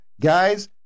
guys